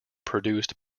produced